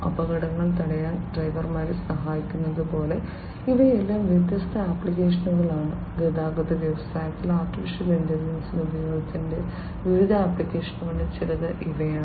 അപകടങ്ങൾ തടയാൻ ഡ്രൈവർമാരെ സഹായിക്കുന്നത് പോലെ ഇവയെല്ലാം വ്യത്യസ്ത ആപ്ലിക്കേഷനുകളാണ് ഗതാഗത വ്യവസായത്തിൽ AI യുടെ ഉപയോഗത്തിന്റെ വിവിധ ആപ്ലിക്കേഷനുകളിൽ ചിലത് ഇവയാണ്